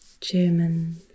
German